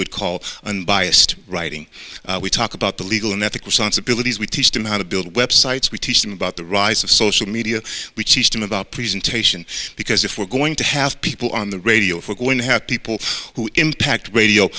would call an biased writing we talk about the legal and ethical sensibilities we teach them how to build websites we teach them about the rise of social media which teach them about presentation because if we're going to have people on the radio if we're going to have people who impact radio